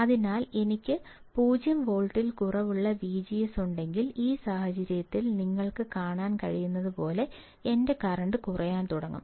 അതിനാൽ എനിക്ക് 0 വോൾട്ടിൽ കുറവുള്ള വിജിഎസ് ഉണ്ടെങ്കിൽ ഈ സാഹചര്യത്തിൽ നിങ്ങൾക്ക് കാണാൻ കഴിയുന്നതുപോലെ എന്റെ കറന്റ് കുറയാൻ തുടങ്ങും